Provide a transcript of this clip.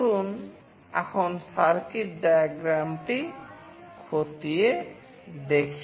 আসুন এখন সার্কিট ডায়াগ্রামটি খতিয়ে দেখি